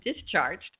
discharged